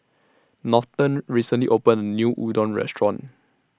Norton recently opened New Udon Restaurant